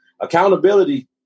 accountability